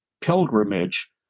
pilgrimage